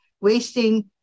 wasting